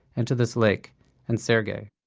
and to this lake and sergey.